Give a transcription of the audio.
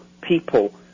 people